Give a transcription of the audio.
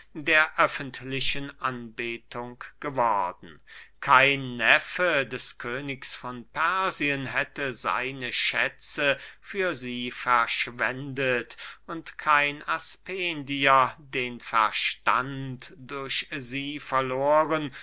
der öffentlichen anbetung geworden kein neffe des königs von persien hätte seine schätze für sie verschwendet und kein aspendier den verstand durch sie verloren